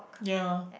ya